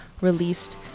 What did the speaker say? released